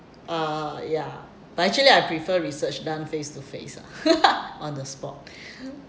uh ya but actually I prefer research done face to face lah on the spot